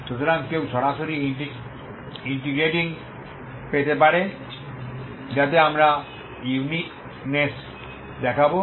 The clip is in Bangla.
সুতরাং কেউ সরাসরি ইন্টেগ্রেটিং পেতে পারে যাতে আমরা ইউনিকনেস দেখাবো